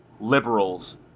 liberals